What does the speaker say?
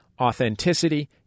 Authenticity